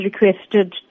requested